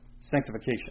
sanctification